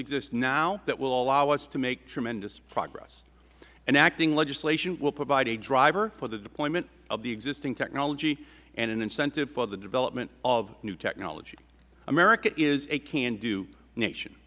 exist now that will allow us to make tremendous progress enacting legislation will provide a driver for the deployment of the existing technology and an incentive for the development of new technology america is a can do nation